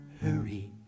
hurry